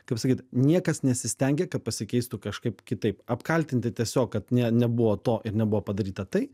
kaip sakyt niekas nesistengia kad pasikeistų kažkaip kitaip apkaltinti tiesiog kad ne nebuvo to ir nebuvo padaryta tai